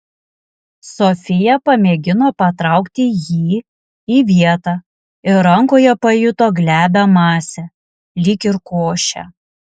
sofija pamėgino patraukti jį į vietą ir rankoje pajuto glebią masę lyg ir košę